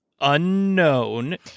unknown